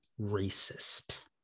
racist